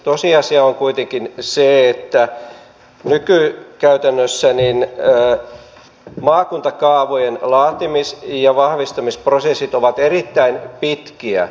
tosiasia on kuitenkin se että nykykäytännössä maakuntakaavojen laatimis ja vahvistamisprosessit ovat erittäin pitkiä